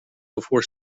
before